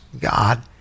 God